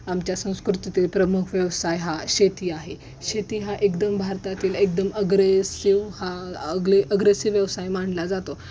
आमच्या संस्कृतीतील प्रमुख व्यवसाय हा शेती आहे शेती हा एकदम भारतातील एकदम अग्रेसिव हा अगले अग्रेसिव व्यवसाय मानला जातो